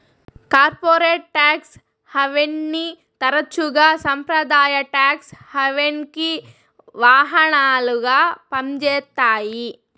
corporate tax హావెన్ని తరచుగా సంప్రదాయ టాక్స్ హావెన్కి వాహనాలుగా పంజేత్తాయి